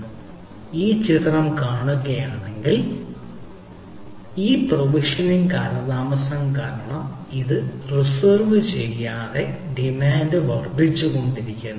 like നിങ്ങൾ ചിത്രം കാണുകയാണെങ്കിൽ അതിനാൽ ഈ പ്രൊവിഷനിംഗ് കാലതാമസം കാരണം ഇത് റിസർവ് ചെയ്യാത്ത ഡിമാൻഡ് വർദ്ധിച്ചുകൊണ്ടിരിക്കുന്നു